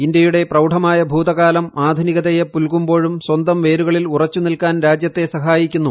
ഇന്ത്യയുടെ പ്രൌഢമായ ഭൂതകാലം ആധുനികതയെ പുൽകുമ്പോഴും സ്വന്തം വേരുകളിൽ ഉറച്ചു നിൽക്കാൻ രാജ്യത്തെ സഹായിക്കുന്നു